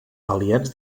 aliats